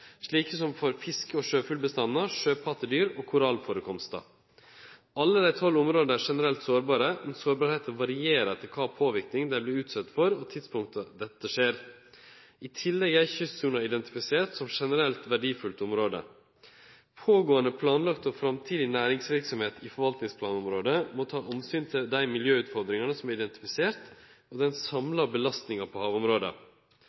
slik som for fisk- og sjøfuglbestandar, sjøpattedyr og korallførekomstar. Alle dei tolv områda er generelt sårbare, men sårbarheita varierer etter kva påverknad dei vert utsette for, og tidspunkta for når dette skjer. I tillegg er kystsona identifisert som eit generelt verdifullt område. Pågåande, planlagd og framtidig næringsverksemd i forvaltningsplanområdet må ta omsyn til dei miljøutfordringane som er identifiserte, og